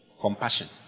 Compassion